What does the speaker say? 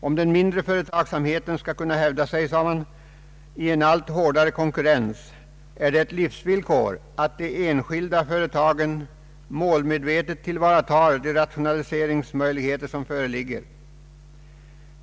”Om den mindre företagsamheten skall kunna hävda sig i en allt hårdare konkurrens är det ett livsvillkor att de enskilda företagen målmedvetet tillvaratar de rationaliseringsmöjligheter som föreligger.